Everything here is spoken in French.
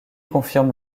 confirme